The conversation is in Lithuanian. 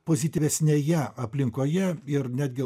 pozityvesnėje aplinkoje ir netgi